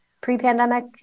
pre-pandemic